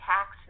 Tax